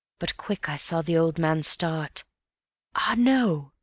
but quick i saw the old man start ah no!